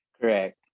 Correct